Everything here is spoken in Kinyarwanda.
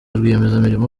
rwiyemezamirimo